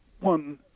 one